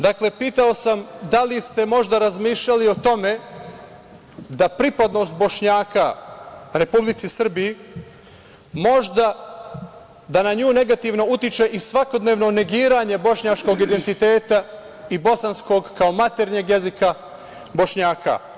Dakle, pitao sam da li ste možda razmišljali o tome da pripadnost Bošnjaka Republici Srbiji možda da na nju negativno utiče i svakodnevno negiranje bošnjačkog identiteta i bosanskog kao maternjeg jezika Bošnjaka?